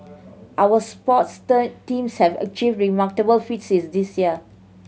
our sports term teams have achieved remarkable feats this year